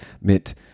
mit